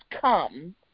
come